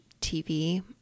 TV